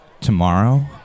Tomorrow